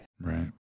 Right